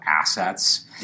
assets